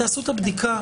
תעשו את הבדיקה,